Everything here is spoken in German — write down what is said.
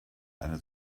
eine